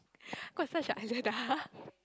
got such island ah